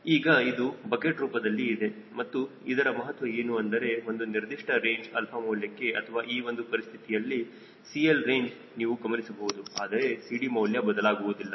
ಈಗ ಇದು ಬಕೆಟ್ ರೂಪದಲ್ಲಿ ಇದೆ ಮತ್ತು ಇದರ ಮಹತ್ವ ಏನು ಅಂದರೆ ಒಂದು ನಿರ್ದಿಷ್ಟ ರೇಂಜ್ 𝛼 ಮೌಲ್ಯಕ್ಕೆ ಅಥವಾ ಈ ಒಂದು ಪರಿಸ್ಥಿತಿಯಲ್ಲಿ CL ರೇಂಜ್ ನೀವು ಗಮನಿಸಬಹುದು ಆದರೆ CD ಮೌಲ್ಯ ಬದಲಾಗುವುದಿಲ್ಲ